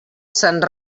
sant